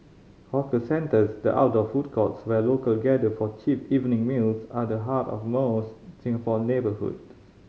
hawker centres the outdoor food courts where local gather for cheap evening meals are the heart of most Singapore neighbourhood